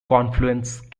confluence